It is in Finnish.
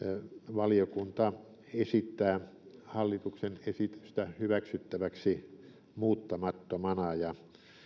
valiokunta esittää hallituksen esitystä hyväksyttäväksi muuttamattomana ja